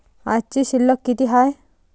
आजची शिल्लक किती हाय?